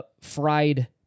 fried